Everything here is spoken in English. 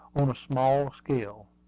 on a small scale.